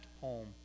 home